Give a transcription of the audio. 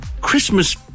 Christmas